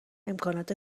امکانات